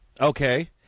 Okay